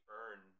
earn